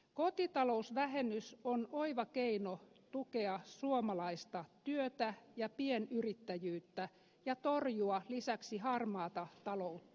kotitalousvähennys on oiva keino tukea suomalaista työtä ja pienyrittäjyyttä ja torjua lisäksi harmaata taloutta